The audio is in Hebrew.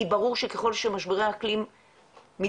כי ברור שככל שמשברי האקלים מתגברים,